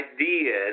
ideas